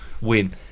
win